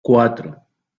cuatro